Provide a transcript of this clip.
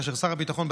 ושר הביטחון,